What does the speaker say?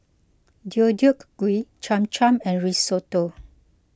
Deodeok Gui Cham Cham and Risotto